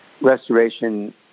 restoration